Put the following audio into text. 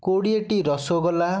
କୋଡ଼ିଏଟି rasgulla